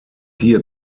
hier